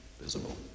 visible